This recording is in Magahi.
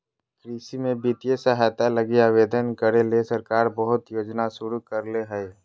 कृषि में वित्तीय सहायता लगी आवेदन करे ले सरकार बहुत योजना शुरू करले हइ